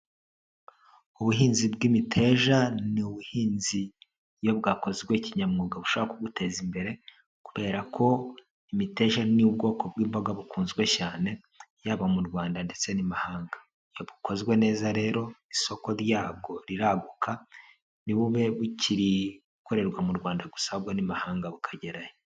Ubuhinzi bw'imiteja ni ubuhinzi iyo bwakozwe kinyamwuga bushobora kuguteza imbere kubera ko imiteja ni ubwoko bw'imboga bukunzwe cyane, yaba mu Rwanda ndetse n'imahanga. Iyo bukozwe neza rero isoko ryabwo riraguka, ntibube bukiri ubukorerwa mu Rwanda gusa ahubwo n'imahanga bukagerayo.